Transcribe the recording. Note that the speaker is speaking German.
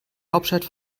hauptstadt